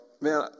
man